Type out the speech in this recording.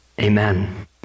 amen